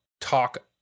talk